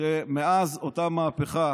שמאז אותה מהפכה